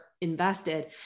invested